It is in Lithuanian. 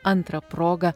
antrą progą